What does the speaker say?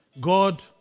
God